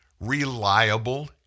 Reliable